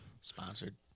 sponsored